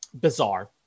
Bizarre